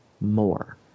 more